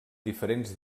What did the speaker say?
diferents